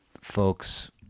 folks